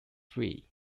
free